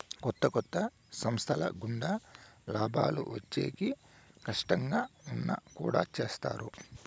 కొత్త కొత్త సంస్థల గుండా లాభాలు వచ్చేకి కట్టంగా ఉన్నా కుడా చేత్తారు